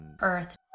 earth